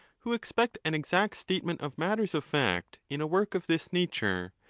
who expect an exact statement of matters of fact in a work of this nature,